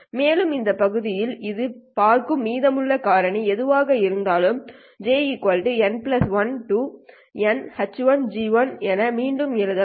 மேலும் இந்த பகுதியில் இது பார்க்கும் மீதமுள்ள காரணி எதுவாக இருந்தாலும் jn1 to N என மீண்டும் எழுதலாம்